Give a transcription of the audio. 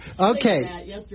okay